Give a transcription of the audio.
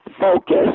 focus